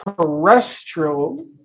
terrestrial